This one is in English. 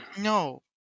No